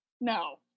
No